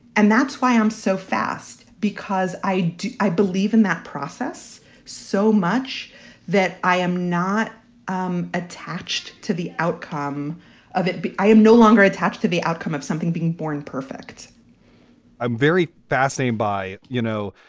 and that's why i'm so fast, because i do i believe in that process so much that i am not um attached to the outcome of it. i am no longer attached to the outcome of something being born perfect i'm very fascinated by, you know.